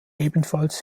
ebenfalls